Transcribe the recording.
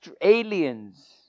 aliens